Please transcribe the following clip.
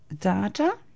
data